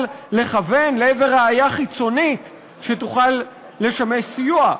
לכוון לעבר ראיה חיצונית שתוכל לשמש סיוע,